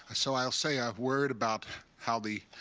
so i'll say ah a word about how the